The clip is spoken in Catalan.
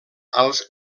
als